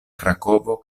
krakovo